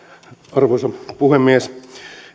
arvoisa puhemies